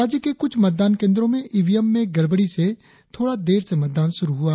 राज्य के कुछ मतदान केंद्रों में ईवीएम में गड़बड़ी से थोड़ा देर से मतदान शुरु हुआ